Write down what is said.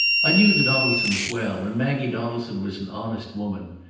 i knew the donaldsons well, and maggie donaldson was an honest woman.